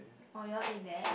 orh you all eat that